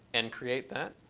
and create that.